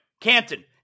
Canton